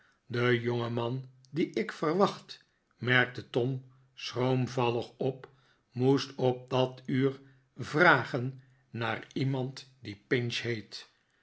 de jongeman dien ik verwacht merkte tom schroomvallig op moest op dat uur vragen naar iemand die pinch heet